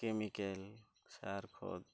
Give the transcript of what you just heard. chemical